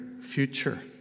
future